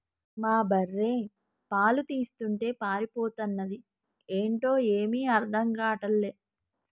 మా బర్రె పాలు తీస్తుంటే పారిపోతన్నాది ఏంటో ఏమీ అర్థం గాటల్లే